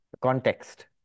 context